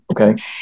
Okay